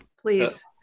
please